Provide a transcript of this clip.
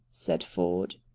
said ford.